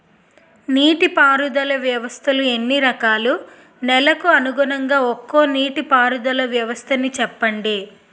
నీటి పారుదల వ్యవస్థలు ఎన్ని రకాలు? నెలకు అనుగుణంగా ఒక్కో నీటిపారుదల వ్వస్థ నీ చెప్పండి?